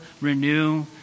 renew